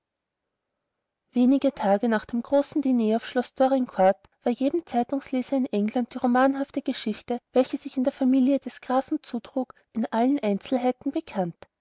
wenige tage nach dem großen diner auf schloß dorincourt war jedem zeitungsleser in england die romanhafte geschichte welche sich in der familie des grafen zutrug in allen einzelheiten bekannt